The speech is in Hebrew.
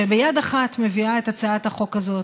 שביד אחת מביאה את הצעת החוק הזאת,